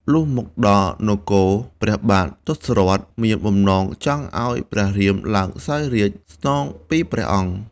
លុះមកដល់នគរព្រះបាទ ទសរថ មានបំណងចង់ឱ្យព្រះរាមឡើយសោយរាជ្យស្នងពីព្រះអង្គ។